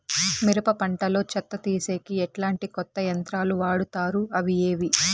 మిరప పంట లో చెత్త తీసేకి ఎట్లాంటి కొత్త యంత్రాలు వాడుతారు అవి ఏవి?